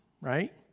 right